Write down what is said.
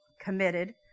committed